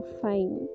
fine